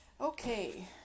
Okay